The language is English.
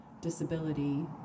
disability